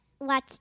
Watch